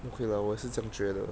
okay lah 我也是这样觉得